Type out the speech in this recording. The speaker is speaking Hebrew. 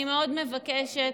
כן.